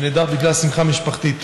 שנעדר בגלל שמחה משפחתית.